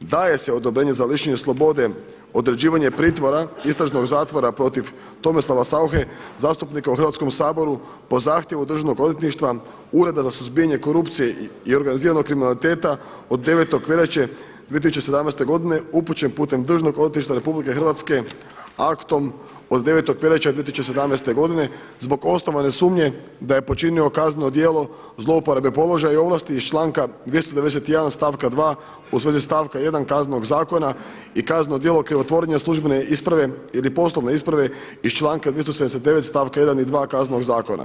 Daje se odobrenje za lišenje slobode, određivanje pritvora istražnog zatvora protiv Tomislava Sauche zastupnika u Hrvatskom saboru po zahtjevu DORH-a, Ureda za suzbijanje korupcije i organiziranog kriminaliteta od 9. veljače 2017. godine upućen putem DORH-a aktom od 9. veljače 2017.godine zbog osnovane sumnje da je počinio kazneno djelo zloporabe položaja i ovlasti iz članka 291. stavka 2. u svezi stavka 1. Kaznenog zakona i kazneno djelo krivotvorenja službene isprave ili poslovne isprave iz članka 279. stavka 1. i 2. Kaznenog zakona.